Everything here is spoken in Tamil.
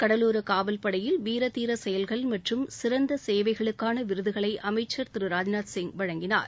கடலோர காவல்படையில் வீர் தீர செயல்கள் மற்றும் சிறந்த சேவைக்களுக்கான விருதுகளை அமைச்சர் திரு ராஜ்நாத் சிங் வழங்கினார்